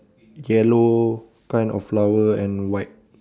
yellow kind of flower and white